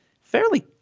fairly